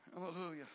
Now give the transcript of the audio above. Hallelujah